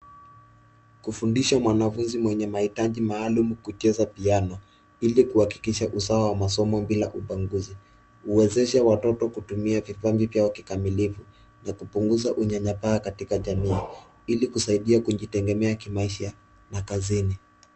Kufundisha mwanafunzi mwenye mahitaji maalum kucheza piano ili kuhakikisha usawa wa masomo bila ubaguzi huwezesha watoto kutumia vipaji vyao kikamilifu na kupunguza unyanyapaa katika jamii ili kusaidia kujitegemea kimaisha na kazini.